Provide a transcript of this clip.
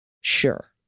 Sure